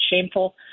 shameful